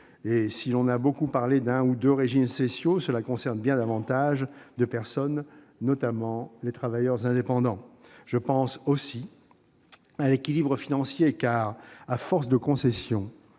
Si l'on a beaucoup parlé d'un ou deux régimes spéciaux, bien davantage de personnes sont concernées, notamment les travailleurs indépendants. Je pense aussi à l'équilibre financier, car, à force de concessions